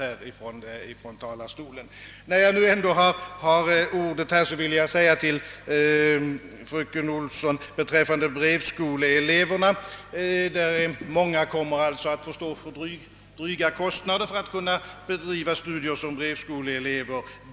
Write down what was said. Medan jag nu ändå har ordet, vill jag beträffande brevskoleeleverna säga till fröken Olsson, att många brevskoleelever får dras med stora kostnader för att kunna bedriva sina studier.